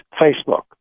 facebook